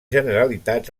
generalitat